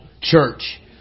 church